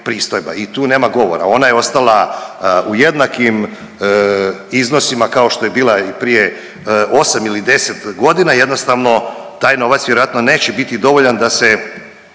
i tu nema govora, ona je ostala u jednakim iznosima kao što je bila i prije 8. ili 10.g. i jednostavno taj novac vjerojatno neće biti dovoljan da se,